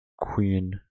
Queen